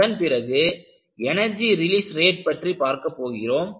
அதன்பிறகு energy release rate பற்றி பார்க்க போகிறோம்